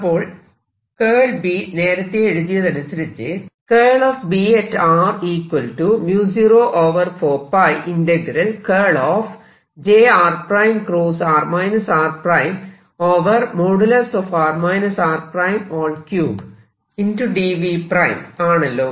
അപ്പോൾ B നേരത്തെ എഴുതിയതനുസരിച്ച് ആണല്ലോ